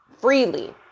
freely